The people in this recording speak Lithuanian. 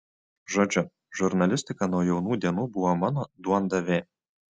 žodžiu žurnalistika nuo jaunų dienų buvo mano duondavė